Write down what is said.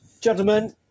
Gentlemen